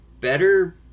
better